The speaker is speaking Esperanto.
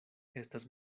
estas